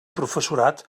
professorat